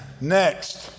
next